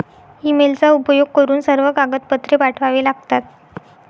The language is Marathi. ईमेलचा उपयोग करून सर्व कागदपत्रे पाठवावे लागतात